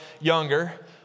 younger